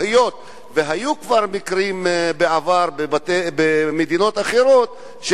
היות שכבר היו מקרים בעבר במדינות אחרות,